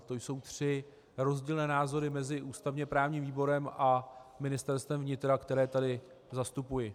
To jsou tři rozdílné názory mezi ústavněprávním výborem a Ministerstvem vnitra, které tady zastupuji.